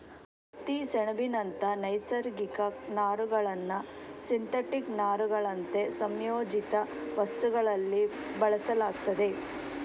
ಹತ್ತಿ, ಸೆಣಬಿನಂತ ನೈಸರ್ಗಿಕ ನಾರುಗಳನ್ನ ಸಿಂಥೆಟಿಕ್ ನಾರುಗಳಂತೆ ಸಂಯೋಜಿತ ವಸ್ತುಗಳಲ್ಲಿ ಬಳಸಲಾಗ್ತದೆ